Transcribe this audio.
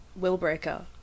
Willbreaker